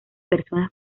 personas